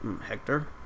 Hector